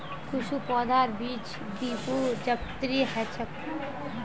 कुछू पौधार बीज द्विबीजपत्री ह छेक